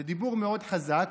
זה דיבור מאוד חזק,